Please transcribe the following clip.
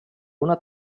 una